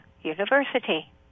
University